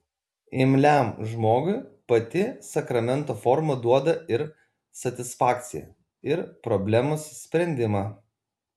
imliam žmogui pati sakramento forma duoda ir satisfakciją ir problemos sprendimą